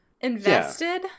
invested